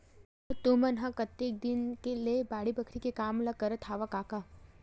त तुमन ह कतेक दिन ले बाड़ी बखरी के काम ल करत हँव कका?